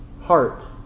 heart